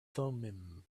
thummim